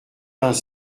vingt